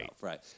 right